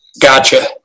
Gotcha